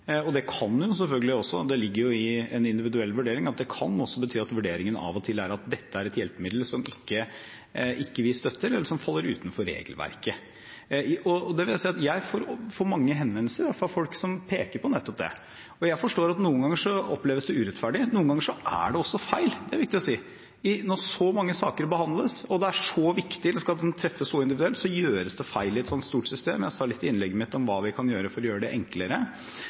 og det kan selvfølgelig også bety – det ligger i en individuell vurdering – at vurderingen av og til er at dette er et hjelpemiddel som ikke vi støtter, eller som faller utenfor regelverket. Jeg får mange henvendelser fra folk som peker på nettopp det, og jeg forstår at noen ganger oppleves det urettferdig. Noen ganger er det også feil, det er viktig å si. Når så mange saker behandles, og det er så viktig, og en skal treffe så individuelt, gjøres det feil i et så stort system. Jeg sa litt i innlegget mitt om hva vi kan gjøre for å gjøre det enklere.